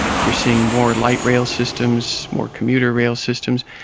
you're seeing more light rail systems, more commuter rail systems,